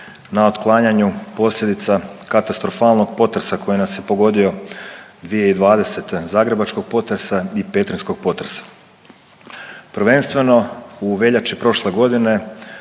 na otklanjanju posljedica katastrofalnog potresa koji nas je pogodio 2020., zagrebačkog potresa i petrinjskog potresa. Prvenstveno u veljači prošle godine,